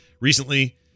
Recently